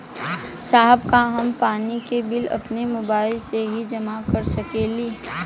साहब का हम पानी के बिल अपने मोबाइल से ही जमा कर सकेला?